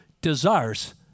desires